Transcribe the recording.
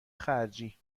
خرجی